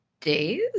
days